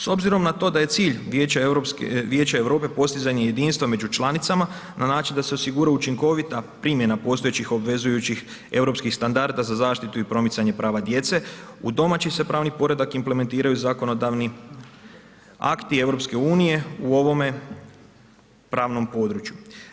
S obzirom na to da je cilj Vijeća Europe postizanje jedinstva među članicama na način da se osigura učinkovita primjena postojećih obvezujući europskih standarda za zaštitu i promicanje prava djece u domaći se pravni poredak implementiraju zakonodavni akti EU-a u ovom pravnom području.